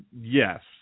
Yes